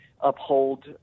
uphold